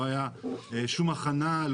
לא היתה שום הכנה,